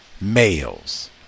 males